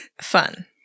Fun